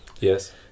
Yes